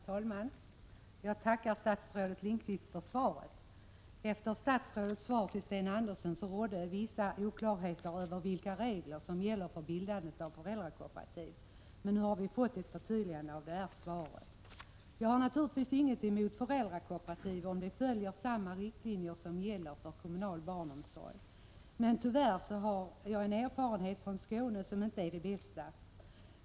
Herr talman! Jag tackar statsrådet Lindqvist för svaret. Efter statsrådets svar till Sten Andersson råder vissa oklarheter över vilka regler som gäller för bildandet av föräldrakooperativ. Nu har vi fått ett förtydligande i det här svaret. Jag har naturligtvis ingenting emot föräldrakooperativ om de följer samma riktlinjer som gäller för kommunal barnomsorg. Men tyvärr har jag erfarenheter från Skåne som inte är de bästa.